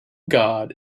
god